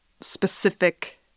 specific